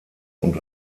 und